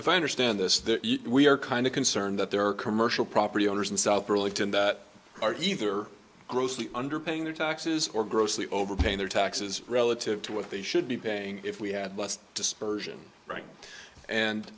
if i understand this that we are kind of concerned that there are commercial property owners in south burlington that are either grossly under paying their taxes or grossly over paying their taxes relative to what they should be paying if we had less dispersion right and